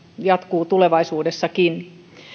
jatkuu tulevaisuudessakin